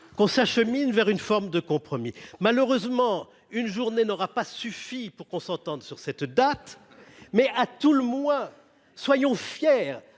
Qu'on s'achemine vers une forme de compromis malheureusement une journée n'aura pas suffi pour qu'on s'entende sur cette date mais à tout le moins, soyons fiers